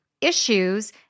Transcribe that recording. issues